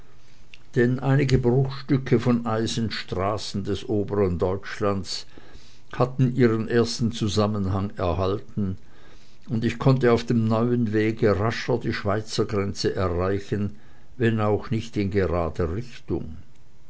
denn einige bruchstücke von eisenstraßen des obern deutschlands hatten ihren ersten zusammenhang erhalten und ich konnte auf dem neuen wege rascher die schweizergrenze erreichen wenn auch nicht in grader richtung